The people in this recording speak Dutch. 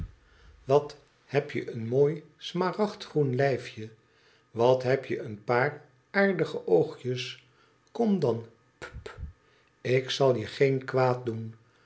wat heb je een mooi smaragdgroene lijfje wat heb je een paar aardige oogjes kom dan ppp ik zal je geen kwaad doen